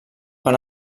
van